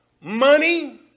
money